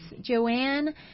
Joanne